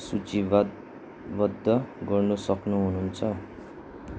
सूचीबद्ध बद्ध गर्न सक्नुहुन्छ